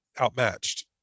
outmatched